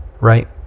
right